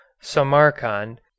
Samarkand